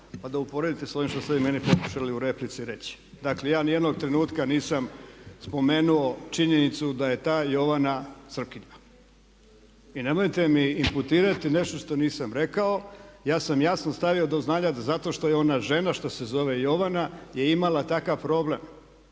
pa da uporedite sa ovime što ste vi meni pokušali u replici reći. Dakle ja niti jednog trenutka nisam spomenuo činjenicu da je ta Jovana Srpkinja. I nemojte mi inputirati nešto što nisam rekao. Ja sam jasno stavio do znanja da zato što je ona žena, što se zove Jovana je imala takav problem